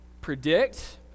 predict